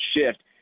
shift